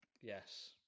Yes